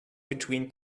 between